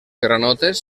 granotes